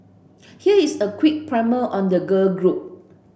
here is a quick primer on the girl group